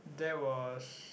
that was